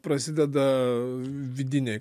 prasideda vidiniai